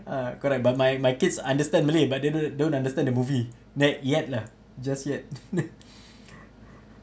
ah correct but my my kids understand malay but they d~ don't understand the movie not yet lah just yet